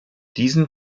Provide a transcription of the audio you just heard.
diesen